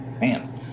man